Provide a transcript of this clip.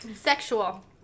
Sexual